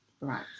Right